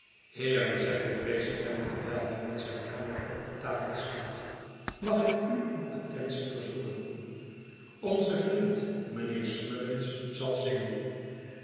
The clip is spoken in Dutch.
heeren zegt de president terwijl hij met zijn hamer op de tafel slaat mag ik u om attentie verzoeken onze vriend mijnheer smuggins zal zingen